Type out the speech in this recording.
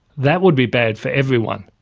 that would be bad for everyone.